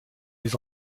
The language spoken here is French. les